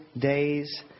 days